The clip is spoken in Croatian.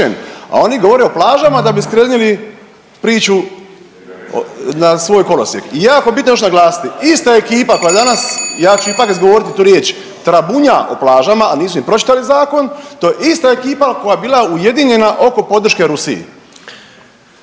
a oni govore o plažama da bi skrenili priču na svoj kolosijek. I jako bitno je još naglasiti, ista ekipa koja je danas, ja ću ipak izgovoriti tu riječ, trabunja o plažama, a nisu ni pročitali zakon, to je ista ekipa koja je bila ujedinjena oko podrške Rusiji.